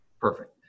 perfect